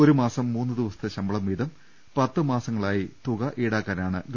ഒരു മാസം മൂന്ന് ദിവസത്തെ ശമ്പളം വീതം പത്ത് മാസമായി തുക ഈടാക്കാനാണ് ഗവ